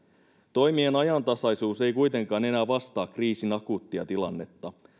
toimien ajantasaisuus ei kuitenkaan enää vastaa kriisin akuuttia tilannetta